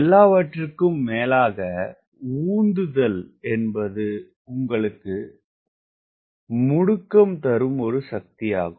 எல்லாவற்றிற்கும் மேலாக உந்துதல் என்பது உங்களுக்கு முடுக்கம் தரும் ஒரு சக்தியாகும்